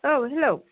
औ हेल'